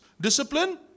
Discipline